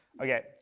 Okay